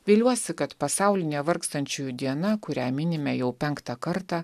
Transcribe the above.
viliuosi kad pasaulinė vargstančiųjų diena kurią minime jau penktą kartą